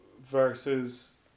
versus